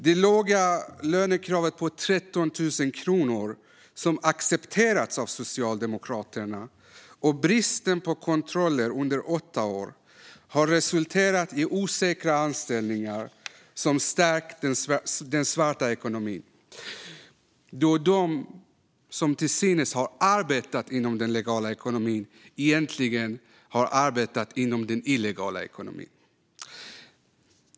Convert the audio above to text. Det låga lönekravet på 13 000 kronor, som accepterats av Socialdemokraterna, och bristen på kontroller under åtta år har resulterat i osäkra anställningar som stärkt den svarta ekonomin, då de som till synes har arbetat inom den legala ekonomin egentligen har arbetat inom den illegala ekonomin.